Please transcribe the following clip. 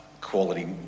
quality